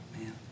Man